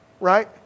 right